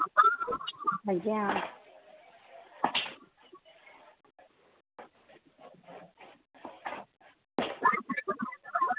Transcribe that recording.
अंजी आं